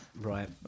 right